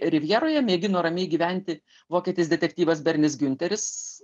rivjeroje mėgino ramiai gyventi vokietis detektyvas bernis giunteris